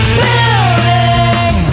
building